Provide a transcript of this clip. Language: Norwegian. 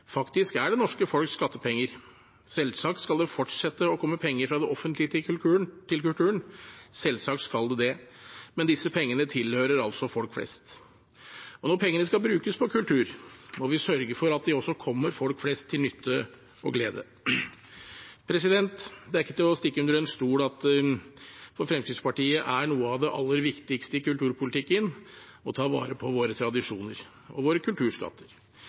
faktisk er det norske folks skattepenger. Selvsagt skal det fortsette å komme penger fra det offentlige til kulturen, selvsagt skal det det, men disse pengene tilhører altså folk flest. Og når pengene skal brukes på kultur, må vi sørge for at de også kommer folk flest til nytte og glede. Det er ikke til å stikke under stol at for Fremskrittspartiet er noe av det aller viktigste i kulturpolitikken å ta vare på våre tradisjoner – og våre kulturskatter.